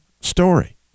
story